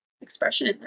expression